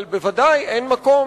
אבל בוודאי אין מקום